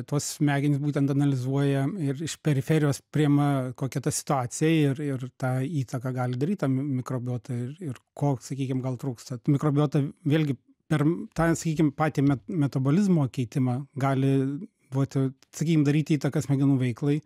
tos smegenys būtent analizuoja ir iš periferijos priima kokia ta situacija ir ir tą įtaką gali daryt ta m mikrobiota ir ir koks sakykim gal trūksta mikrobiota vėlgi per tą sakykim patį met metabolizmo keitimą gali vat sakykim daryt įtaką smegenų veiklai